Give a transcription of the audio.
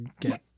get